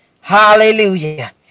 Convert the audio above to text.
Hallelujah